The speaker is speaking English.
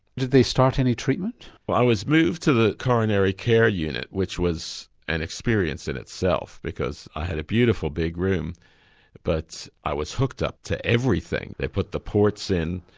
did they start any treatment? well i was moved to the coronary care unit, which was an experience in itself, because i had a beautiful big room but i was hooked up to everything. they put the ports in,